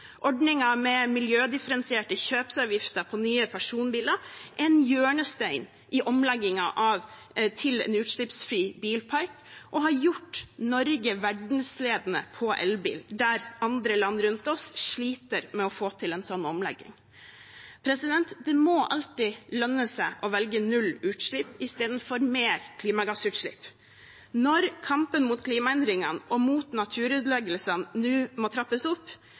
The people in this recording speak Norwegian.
med miljødifferensierte kjøpsavgifter på nye personbiler er en hjørnestein i omleggingen til en utslippsfri bilpark og har gjort Norge verdensledende på elbil, der andre land rundt oss sliter med å få til en sånn omlegging. Det må alltid lønne seg å velge null utslipp istedenfor mer klimagassutslipp. Når kampen mot klimaendringene og mot naturødeleggelsene nå må trappes opp,